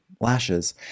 lashes